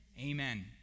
Amen